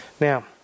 Now